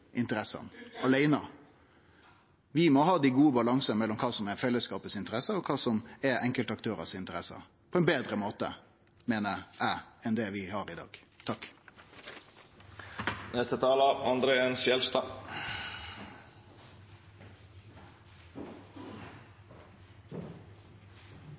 interessene aleine. Vi må ha ein god balanse mellom kva som er interessene til fellesskapet, og kva som er interessene til enkeltaktørar – på ein betre måte, meiner eg, enn det vi har i dag.